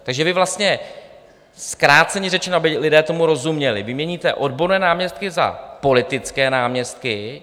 Takže vy vlastně, zkráceně řečeno, aby lidé tomu rozuměli, vyměníte odborné náměstky za politické náměstky.